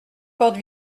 porte